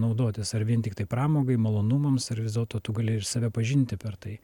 naudotis ar vien tiktai pramogai malonumams ar vis dėlto tu gali ir save pažinti per tai